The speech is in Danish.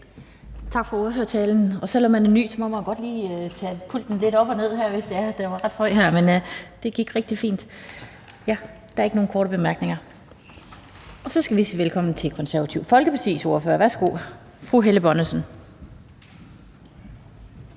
Tak for ordførertalen, og selv om man er ny, må man godt lige køre pulten lidt op og ned, hvis det er; den er ret høj her. Men det gik rigtig fint. Der er ikke nogen korte bemærkninger, og så skal vi sige velkommen til Det Konservative Folkepartis ordfører. Værsgo, fru Helle Bonnesen.